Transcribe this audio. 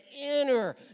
inner